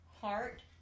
heart